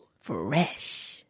Fresh